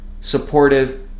supportive